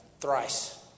thrice